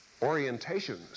orientations